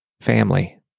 family